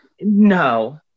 No